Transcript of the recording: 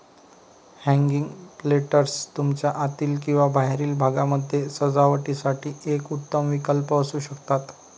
hanging planters तुमच्या आतील किंवा बाहेरील भागामध्ये सजावटीसाठी एक उत्तम विकल्प असू शकतात